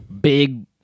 big